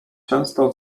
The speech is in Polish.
często